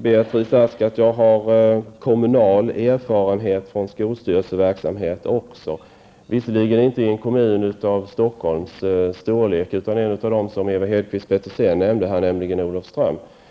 Beatrice Ask att också jag har erfarenhet från kommunal skolstyrelseverksamhet, om också inte i en kommun av Stockholms storlek utan från en av dem som Ewa Hedkvist Petersen här nämnde, Olofström.